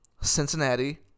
Cincinnati